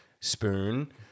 spoon